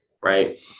Right